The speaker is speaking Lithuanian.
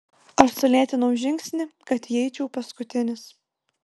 aš sulėtinau žingsnį kad įeičiau paskutinis